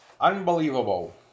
Unbelievable